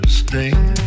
sting